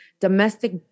domestic